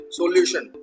solution